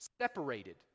separated